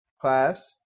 class